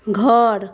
घर